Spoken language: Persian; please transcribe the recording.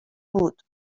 بود